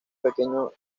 pequeño